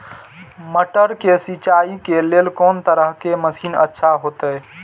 मटर के सिंचाई के लेल कोन तरह के मशीन अच्छा होते?